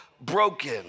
broken